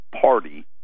party